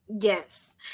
Yes